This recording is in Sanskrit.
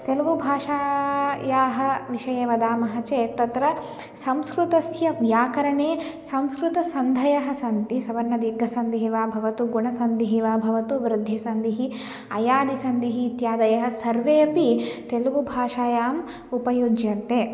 तेलुगु भाषायाः विषये वदामः चेत् तत्र संस्कृतस्य व्याकरणे संस्कृत सन्धयः सन्ति सवर्नदीर्घ सन्दिः वा भवतु गुणसन्धिः वा भवतु वृद्धिसन्धिः अयादिसन्धिः इत्यादयः सर्वे अपि तेलुगु भाषायाम् उपयुज्यन्ते